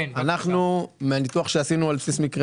אנחנו מהניתוח שעשינו על בסיס מקרי